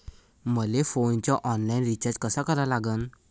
मले फोनचा online recharge कसा करा लागन?